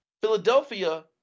Philadelphia